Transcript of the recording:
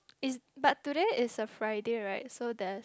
is but today is a Friday right so the